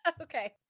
okay